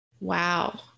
Wow